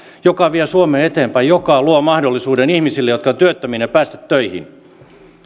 joka vie suomea eteenpäin ja joka luo mahdollisuuden ihmisille jotka ovat työttöminä päästä töihin